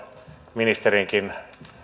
ministerinkin